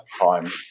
time